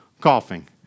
coughing